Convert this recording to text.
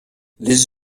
les